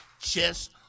chess